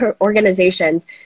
organizations